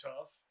Tough